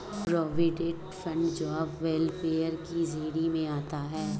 provident fund job welfare की श्रेणी में आता है